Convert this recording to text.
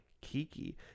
Kiki